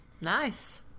nice